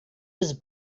his